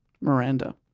Miranda